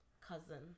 Cousin